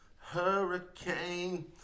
Hurricane